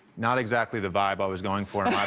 not exactly the vibe i was going for